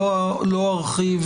לא ארחיב